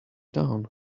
down